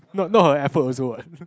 no not her effort also what